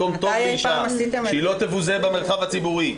מקום טוב לאישה ושהיא לא תבוזה במרחב הציבורי.